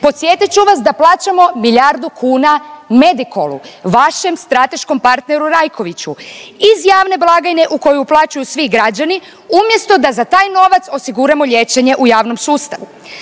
Podsjetit ću vas da plaćamo milijardu kuna Medikolu, vašem strateškom partneru Rajkoviću iz javne blagajne u koju uplaćuju svi građani umjesto da za taj novac osiguramo liječenje u javnom sustavu.